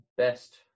best